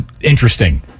interesting